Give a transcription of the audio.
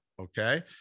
Okay